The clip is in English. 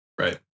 right